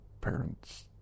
parents